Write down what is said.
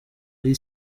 ari